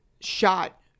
shot